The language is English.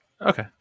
Okay